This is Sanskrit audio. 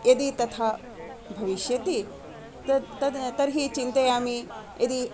यदि तथा भविष्यति तत् तत् तर्हि चिन्तयामि यदि